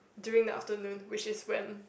during the afternoon which is when